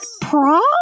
prom